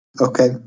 Okay